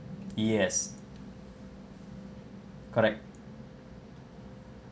yes correct